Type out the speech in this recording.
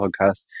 podcast